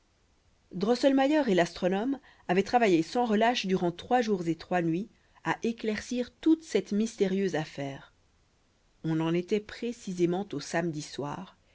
drosselmayer et l'astronome avaient travaillé sans relâche durant trois jours et trois nuits à éclaircir toute cette mystérieuse affaire on en était précisément au samedi soir